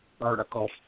article